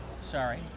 sorry